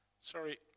Sorry